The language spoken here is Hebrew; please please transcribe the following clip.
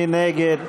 מי נגד?